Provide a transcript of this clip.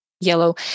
yellow